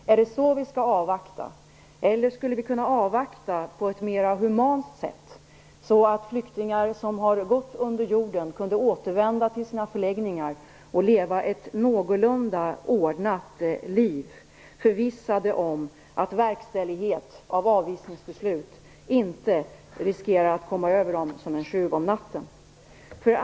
Är det så vi skall avvakta? Eller skulle vi kunna avvakta på ett mera humant sätt, så att flyktingar som har gått under jorden kan återvända till sina förläggningar och leva ett någorlunda ordnat liv, förvissade om att verkställighet av avvisningsbeslut inte riskerar att komma över dem som en tjuv om natten?